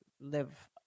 live